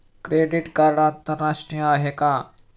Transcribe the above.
Credit card आंतरराष्ट्रीय आहे का?